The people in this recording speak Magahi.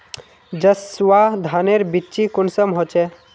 जसवा धानेर बिच्ची कुंसम होचए?